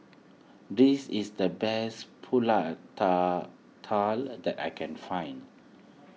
this is the best Pulut Tatal that I can find